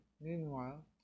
Meanwhile